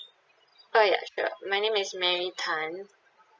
oh ya sure my name is mary tan